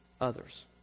others